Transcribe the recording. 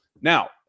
Now